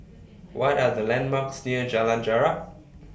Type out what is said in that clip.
What Are The landmarks near Jalan Jarak